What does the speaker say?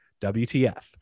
WTF